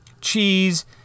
cheese